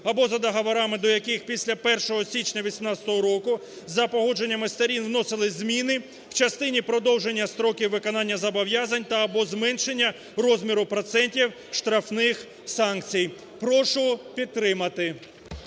або за договорами, до яких після 1 січня 2018 року за погодженнями сторін вносились зміни в частині продовження строків виконання зобов'язань та (або) зменшення розміру процентів, штрафних санкцій". Прошу підтримати.